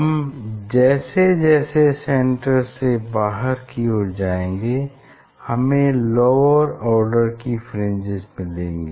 हम जैसे जैसे सेन्टर से बाहर की ओर जाएंगे हमें लोअर आर्डर की फ्रिंजेस मिलेंगी